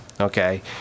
okay